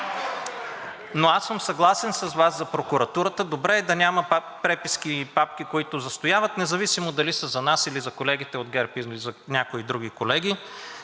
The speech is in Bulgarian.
Но аз съм съгласен с Вас за прокуратурата. Добре е да няма пак преписки и папки, които застояват, независимо дали са за нас, или за колегите от ГЕРБ, или за някои други колеги.